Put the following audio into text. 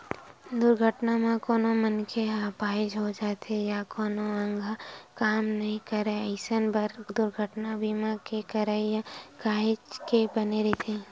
दुरघटना म कोनो मनखे ह अपाहिज हो जाथे या कोनो अंग ह काम नइ करय अइसन बर दुरघटना बीमा के करई ह काहेच के बने रहिथे